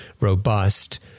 robust